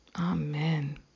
Amen